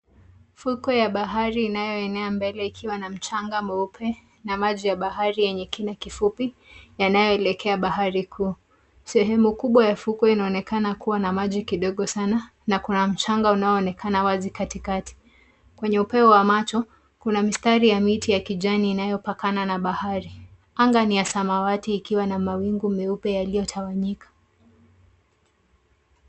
Fuko ya bahari inayoenea mbele ikiwa na mchanga mweupe na maji ya bahari yenye kina kifupi yanayoelekea bahari kuu. Sehemu kubwa ya fuko inaonekana kuwa na maji kidogo sana na kuna mchanga unaoonekana wazi katikati. Kwenye upeo wa macho kuna mistari ya miti ya kijani inayopakana na bahari. Anga ni ya samawati ikiwa na mawingu meupe yaliyotawanyika.